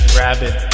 rabbit